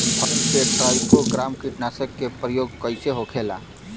फसल पे ट्राइको ग्राम कीटनाशक के प्रयोग कइसे होखेला?